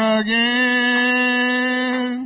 again